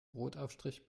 brotaufstrich